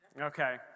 Okay